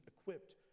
equipped